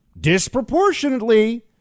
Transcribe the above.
disproportionately